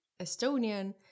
Estonian